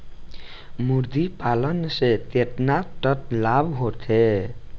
मुर्गी पालन से केतना तक लाभ होखे?